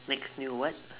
next new what